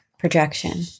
Projection